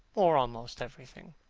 or almost everything.